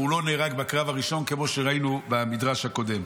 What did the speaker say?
והוא לא נהרג בקרב הראשון כמו שראינו במדרש הקודם.